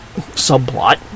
subplot